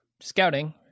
scouting